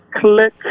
click